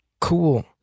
cool